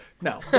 No